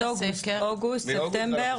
ספטמבר,